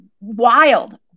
wild